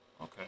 Okay